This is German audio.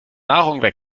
nahrung